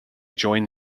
joined